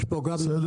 זה החשב